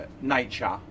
nature